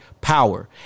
power